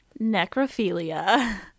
necrophilia